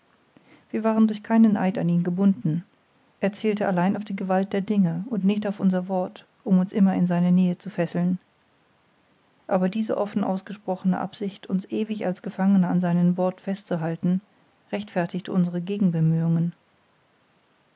wir waren durch keinen eid an ihn gebunden er zählte allein auf die gewalt der dinge und nicht auf unser wort um uns auf immer in seine nähe zu fesseln aber diese offen aus gesprochene absicht uns ewig als gefangene an seinen bord festzuhalten rechtfertigte unsere